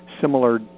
similar